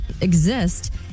exist